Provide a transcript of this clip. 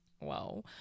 Wow